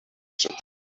said